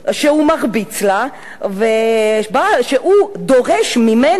שהוא מרביץ לה והוא דורש ממנה,